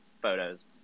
photos